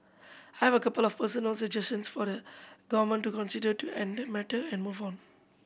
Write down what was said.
I have a couple of personal suggestions for the Government to consider to end the matter and move on